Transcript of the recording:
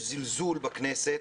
יש זלזול בכנסת.